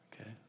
Okay